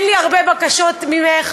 אין לי הרבה בקשות ממך,